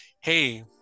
hey